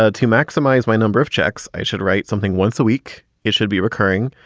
ah to maximize my number of checks, i should write something once a week. it should be recurring.